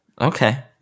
Okay